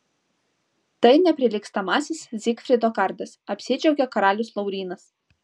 tai neprilygstamasis zigfrido kardas apsidžiaugė karalius laurynas